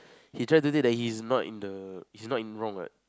he tried to say the he's not in the he's not in wrong what